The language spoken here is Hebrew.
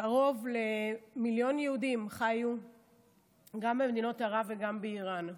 קרוב למיליון יהודים חיו גם במדינות ערב וגם באיראן.